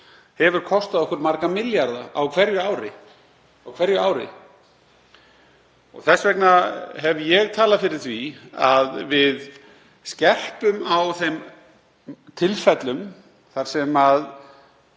hefur kostað okkur marga milljarða á hverju ári. Þess vegna hef ég talað fyrir því að við skerpum á þeim tilfellum þar sem við